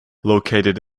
located